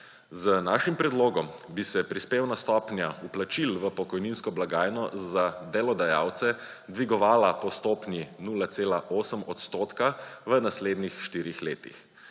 Z našim predlogom bi se prispevna stopnja vplačil v pokojninsko blagajno za delodajalce dvigovala po stopnji 0,8 odstotka v naslednjih štirih letih.